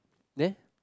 there